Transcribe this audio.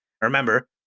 Remember